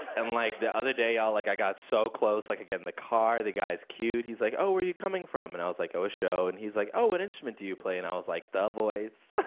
and like, the other day, y'all, like, i got so close. like i get in the car, the guy's cute. he's like, oh, where you coming from? and i was like, oh, a show. and he's like, oh, what instrument do you play? and i was like, the voice.